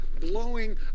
blowing